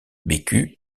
bécu